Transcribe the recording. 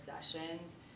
sessions